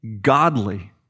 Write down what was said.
godly